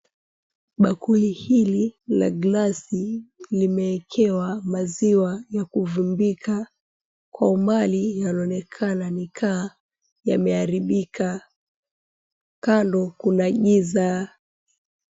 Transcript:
Bakuli hili la glasi limeekewa maziwa ya kuvumbika. Kwa umbali yanaonekana ni ka yameharibika. Kando kuna giza.